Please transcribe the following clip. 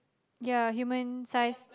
ya human size